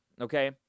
Okay